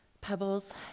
pebbles